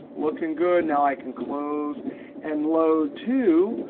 looking good. now i can close and load to.